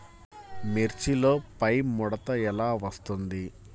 మిర్చిలో పైముడత ఎలా వస్తుంది?